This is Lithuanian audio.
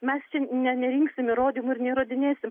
mes čia nerinksim įrodymų ir neįrodinėsim